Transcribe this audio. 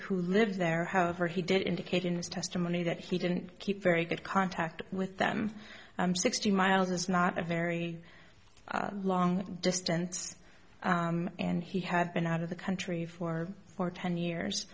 who lives there however he did indicate in his testimony that he didn't keep very good contact with them sixty miles is not a very long distance and he had been out of the country for for ten years